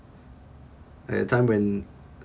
that time when